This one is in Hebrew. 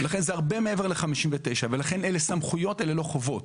לכן זה הרבה מעבר ל-59 ולכן אלה סמכויות ולא חובות.